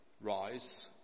Rise